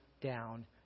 down